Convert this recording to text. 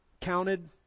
counted